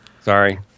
Sorry